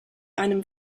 einem